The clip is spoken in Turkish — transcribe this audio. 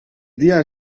diğer